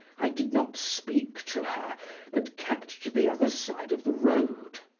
i did not speak to her but kept to the other side of the road.